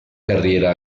carriera